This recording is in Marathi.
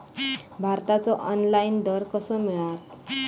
भाताचो ऑनलाइन दर कसो मिळात?